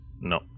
No